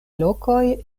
lokoj